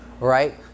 right